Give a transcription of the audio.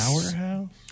Powerhouse